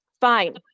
Fine